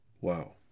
wow